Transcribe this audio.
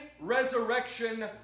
resurrection